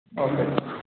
okay sir